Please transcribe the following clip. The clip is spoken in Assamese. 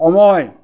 সময়